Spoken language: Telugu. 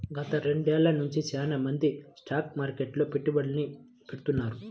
గత రెండేళ్ళ నుంచి చానా మంది స్టాక్ మార్కెట్లో పెట్టుబడుల్ని పెడతాన్నారు